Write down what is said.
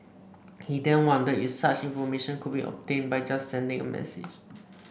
he then wondered if such information could be obtained by just sending a message